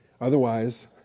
Otherwise